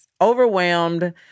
overwhelmed